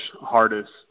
hardest